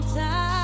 time